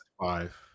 five